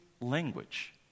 language